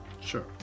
Sure